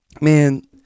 man